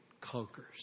conquers